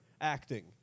acting